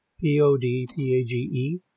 P-O-D-P-A-G-E